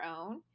own